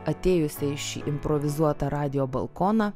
atėjusia į šį improvizuotą radijo balkoną